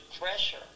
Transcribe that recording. pressure